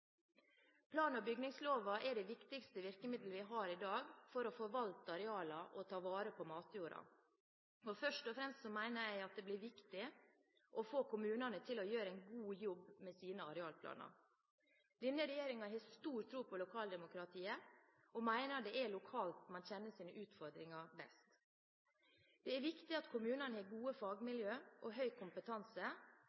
Plan- og bygningsloven er det viktigste virkemiddelet vi har i dag for å forvalte arealene og ta vare på matjorda. Først og fremst mener jeg det blir viktig å få kommunene til å gjøre en god jobb med sine arealplaner. Denne regjeringen har stor tro på lokaldemokratiet og mener det er lokalt man kjenner sine utfordringer best. Det er viktig at kommunene har gode